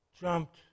jumped